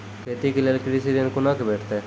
खेती के लेल कृषि ऋण कुना के भेंटते?